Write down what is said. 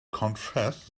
confessed